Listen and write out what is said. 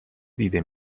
دیده